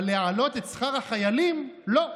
אבל להעלות את שכר החיילים, לא,